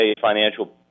financial